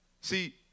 See